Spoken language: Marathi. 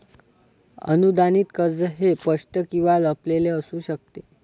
अनुदानित कर्ज हे स्पष्ट किंवा लपलेले असू शकते